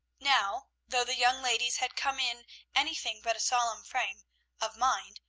now, though the young ladies had come in anything but a solemn frame of mind,